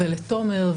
לתומר,